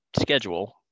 schedule